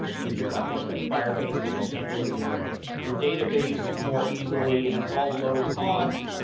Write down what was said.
you've got things like firebase that can handle your your database more easily and it's all low-cost.